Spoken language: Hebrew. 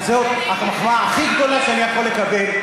אז זאת המחמאה הכי גדולה שאני יכול לקבל.